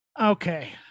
Okay